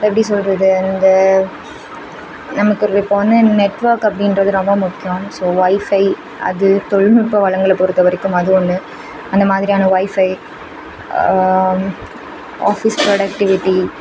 எப்படி சொல்கிறது வந்து நமக்கு இப்போ வந்து நெட்வொர்க் அப்படின்றது ரொம்ப முக்கியம் ஸோ ஒய்ஃபை அது தொழில்நுட்ப வளங்களை பொறுத்த வரைக்கும் அது ஒன்று அந்த மாதிரியான ஒய்ஃபை ஆஃபீஸ் ப்ரொடெக்ட்டிவிட்டி